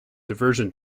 diversion